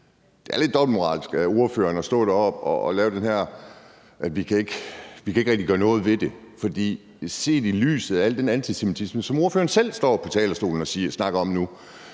Det er lidt dobbeltmoralsk af ordføreren at stå deroppe og sige, at vi ikke rigtig kan gøre noget ved det, set i lyset af al den antisemitisme, som ordføreren selv står oppe på talerstolen og snakker om nu.